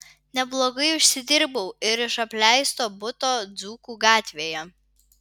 neblogai užsidirbau ir iš apleisto buto dzūkų gatvėje